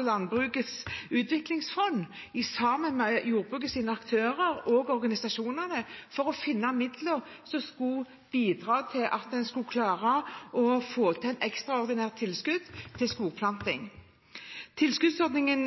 Landbrukets utviklingsfond, LUF, sammen med jordbrukets aktører og organisasjonene, for å finne midler som skulle bidra til at en skulle klare å få til et ekstraordinært tilskudd til skogplanting. Tilskuddsordningen